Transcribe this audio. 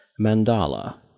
Mandala